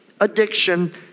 addiction